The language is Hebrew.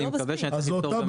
אני מקווה שאתה תפתור את הבעיה.